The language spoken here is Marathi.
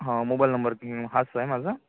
हां मोबाईल नंबर की हाच आहे माझा